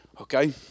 Okay